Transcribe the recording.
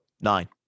Nine